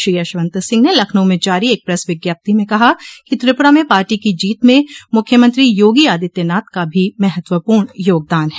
श्री यशवंत सिंह ने लखनऊ में जारी एक प्रेस विज्ञप्ति में कहा कि त्रिपुरा में पार्टी की जीत में मुख्यमंत्री योगी आदित्यनाथ का भी महत्वपूर्ण योगदान है